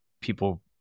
people